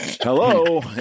Hello